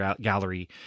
gallery